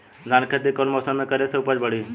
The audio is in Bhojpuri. धान के खेती कौन मौसम में करे से उपज बढ़ी?